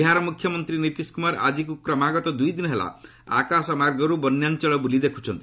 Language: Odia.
ବିହାର ମୁଖ୍ୟମନ୍ତ୍ରୀ ନୀତିଶ କୁମାର ଆଜିକୁ କ୍ରମାଗତ ଦୁଇ ଦିନ ହେଲା ଆକାଶମାର୍ଗରୁ ବନ୍ୟାଞ୍ଚଳ ବୁଲି ଦେଖୁଛନ୍ତି